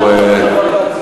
את ההצבעה.